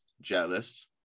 jealous